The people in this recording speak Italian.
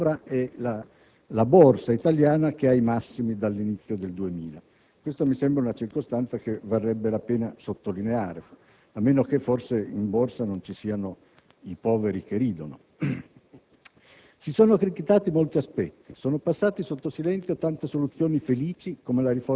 l'unico organo che non ha reagito negativamente a questa manovra è la Borsa italiana che è ai massimi dall'inizio del 2000. Questa mi sembra una circostanza che varrebbe la pena sottolineare, a meno che forse in Borsa non ci siano i poveri che ridono.